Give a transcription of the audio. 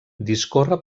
discorre